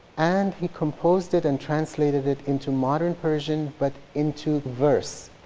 and he composed it and translated it into modern persian but into verse,